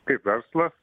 kaip verslas